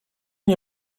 nie